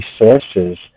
resources